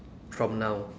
from now